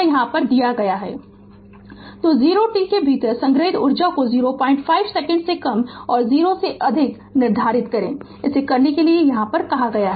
Refer Slide Time 2306 तो 0 t के भीतर संग्रहीत ऊर्जा को भी 05 सेकंड से कम 0 से अधिक निर्धारित करें इसे करने के लिए भी कहा जाता है